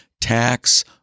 tax